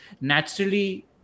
naturally